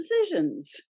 decisions